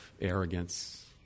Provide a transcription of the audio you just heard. arrogance